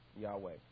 Yahweh